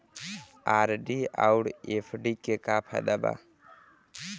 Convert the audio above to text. RD आउर FD के का फायदा बा?